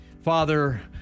father